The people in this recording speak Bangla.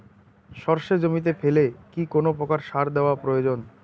সর্ষে জমিতে ফেলে কি কোন প্রকার সার দেওয়া প্রয়োজন?